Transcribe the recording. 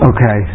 Okay